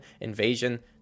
Invasion